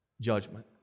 judgment